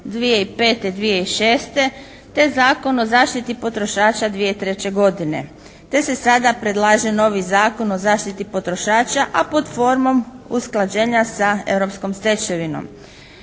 2005.-2006. te Zakon o zaštiti potrošača 2003. godine te se sada predlaže novi Zakon o zaštiti potrošača a pod formom usklađenja sa europskom stečevinom.